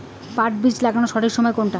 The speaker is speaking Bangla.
পাট বীজ লাগানোর সঠিক সময় কোনটা?